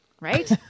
Right